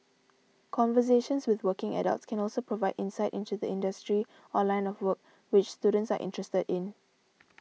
conversations with working adults can also provide insight into the industry or line of work which students are interested in